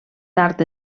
tard